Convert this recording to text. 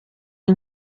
iyi